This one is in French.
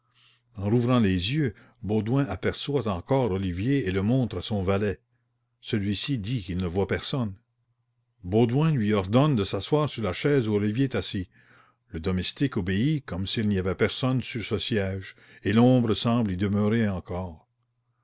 en rouvrant les yeux baudouin aperçoit encore olivier et le montre à son valet celui-ci dit qu'il ne voit personne baudouin lui ordonne de s'asseoir sur la chaise où olivier est assis le domestique obéit comme s'il n'y avait personne sur ce siége et l'ombre semble y demeurer encore